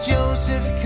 Joseph